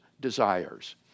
desires